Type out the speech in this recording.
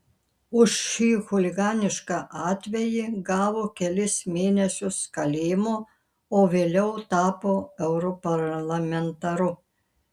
už šį chuliganišką atvejį gavo kelis mėnesius kalėjimo o vėliau tapo europarlamentaru